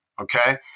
Okay